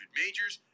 majors